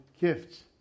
gifts